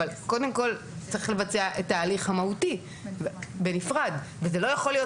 קודם כל צריך לבצע את ההליך המהותי בנפרד וזה לא יכול להיות